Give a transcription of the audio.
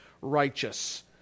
righteous